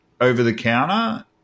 over-the-counter